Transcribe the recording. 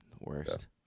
Worst